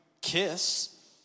kiss